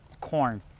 corn